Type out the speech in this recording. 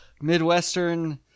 Midwestern